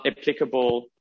applicable